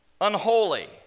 unholy